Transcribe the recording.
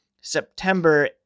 September